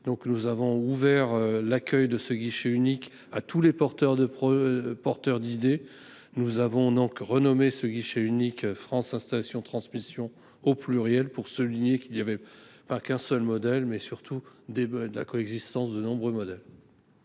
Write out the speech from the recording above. Nous avons ouvert l’accueil de ce guichet unique à tous les porteurs d’idées et nous avons renommé ce guichet « France installations transmissions », au pluriel, pour souligner qu’il y a non pas un seul modèle, mais, au contraire, une coexistence de nombreux modèles.